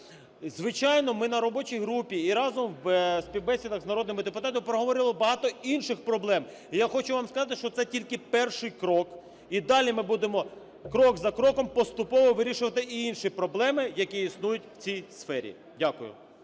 Звичайно, ми на робочій групі і разом у співбесідах з народними депутатами проговорили багато інших проблем. І я хочу вам сказати, що це тільки перший крок і далі ми будемо, крок за кроком, поступово вирішувати і інші проблеми, які існують в цій сфері. Дякую.